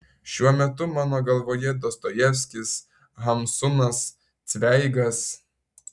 šiuo metu mano galvoje dostojevskis hamsunas cveigas